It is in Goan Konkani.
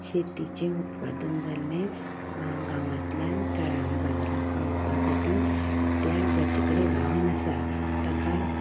शेतीचें उत्पादन जाल्लें गांवांतल्यान तळ्या बाजारांत पावोपा साठी त्या जाचे कडेन वाहन आसा ताका